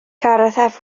gareth